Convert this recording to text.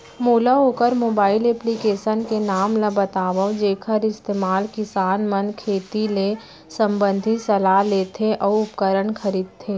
मोला वोकर mobile application के नाम ल बतावव जेखर इस्तेमाल किसान मन खेती ले संबंधित सलाह लेथे अऊ उपकरण खरीदथे?